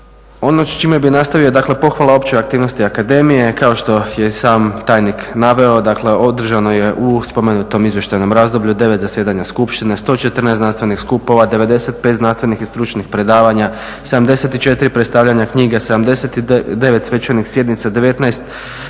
Ono s čime bih nastavio, dakle pohvala općoj aktivnosti akademije, kao što je i sam tajnik naveo dakle održano je u spomenutom izvještajnom razdoblju 9 zasjedanja skupštine 114. znanstvenih skupova, 95 znanstvenih i stručnih predavanja 74 predstavljanja knjiga, 79 svečanih sjednica, 19 stranih